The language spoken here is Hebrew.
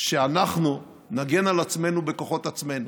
שאנחנו נגן על עצמנו בכוחות עצמנו.